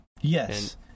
Yes